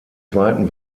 zweiten